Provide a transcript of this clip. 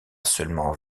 seulement